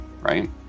right